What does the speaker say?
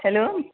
hello